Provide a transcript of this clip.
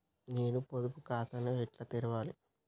నేను పొదుపు ఖాతాను ఎట్లా తెరవాలి?